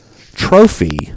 trophy